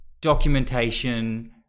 documentation